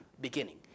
beginning